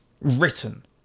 written